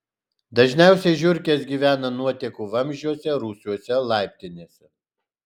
dažniausiai žiurkės gyvena nuotekų vamzdžiuose rūsiuose laiptinėse